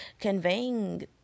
conveying